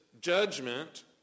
judgment